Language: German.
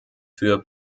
für